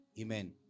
Amen